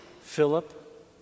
Philip